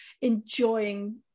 enjoying